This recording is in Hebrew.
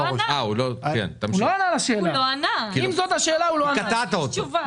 אם זאת השאלה, הוא לא ענה עליה.